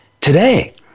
today